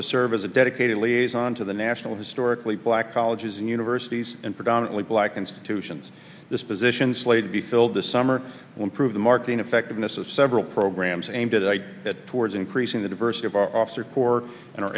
to serve as a dedicated liaison to the national historically black colleges and universities and predominately black institutions this positions laid be filled this summer will prove the marketing effectiveness of several programs aimed at that towards increasing the diversity of our officer corps an